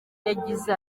yagize